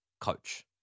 coach